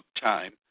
time